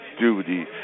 duty